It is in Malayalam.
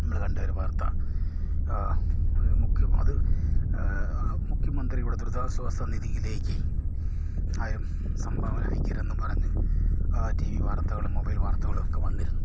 നമ്മൾ കണ്ടയൊരു വാർത്ത മുഖ്യം അത് മുഖ്യമന്ത്രിയുടെ ദുരിതാശ്വാസനിധിയിലേക്ക് ആരും സംഭാവന അയക്കരുതെന്നും പറഞ്ഞ് ടീ വി വാർത്തകളും മൊബൈൽ വാർത്തകളൊക്ക വന്നിരുന്നു